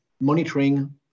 monitoring